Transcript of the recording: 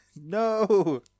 No